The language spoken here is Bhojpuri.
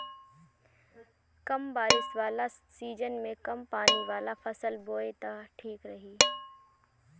कम बारिश वाला सीजन में कम पानी वाला फसल बोए त ठीक रही